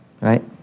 right